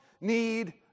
need